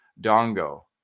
Dongo